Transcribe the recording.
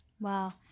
Wow